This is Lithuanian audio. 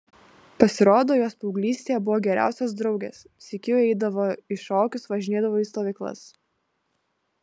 pasirodo jos paauglystėje buvo geriausios draugės sykiu eidavo į šokius važinėdavo į stovyklas